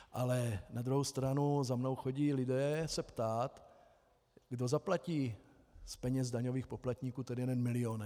Ale na druhou stranu za mnou chodí lidé se ptát, kdo zaplatí z peněz daňových poplatníků ten jeden milion.